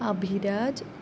अभिराजः